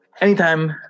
anytime